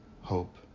hope